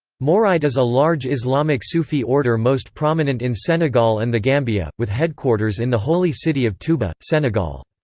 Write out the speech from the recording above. mouride is a large islamic sufi order most prominent in senegal and the gambia, with headquarters in the holy city of touba, senegal.